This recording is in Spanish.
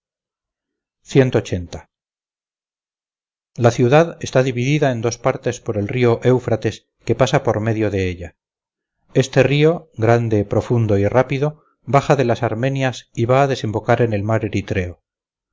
la ciudad esta dividida en dos partes por el río eufrates que pasa por medio de ella este río grande profundo y rápido baja de las armenias y va a desembocar en el mar